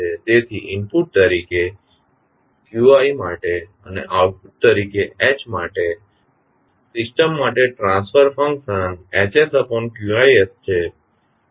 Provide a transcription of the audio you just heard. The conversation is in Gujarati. તેથી ઇનપુટ તરીકે માટે અને આઉટપુટ તરીકે h માટે સિસ્ટમ માટે ટ્રાન્સફર ફંકશન છે